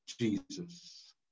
Jesus